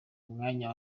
mwanya